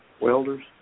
welders